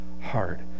heart